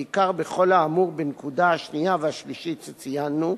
בעיקר בכל האמור בנקודה השנייה והשלישית שציינו,